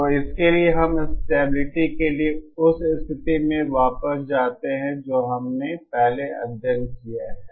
तो इसके लिए हम स्टेबिलिटी के लिए उस स्थिति में वापस जाते हैं जो हमने पहले अध्ययन किया है